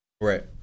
Right